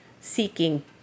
seeking